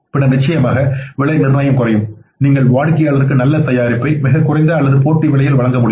பின்னர் நிச்சயமாக விலை நிர்ணயம் குறையும் நீங்கள் வாடிக்கையாளருக்கு நல்ல தரமான தயாரிப்பை மிகக் குறைந்த அல்லது போட்டி விலையில் வழங்க முடியும்